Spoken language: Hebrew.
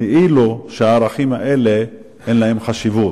כאילו הערכים האלה, אין להם חשיבות.